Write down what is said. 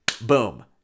boom